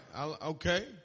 Okay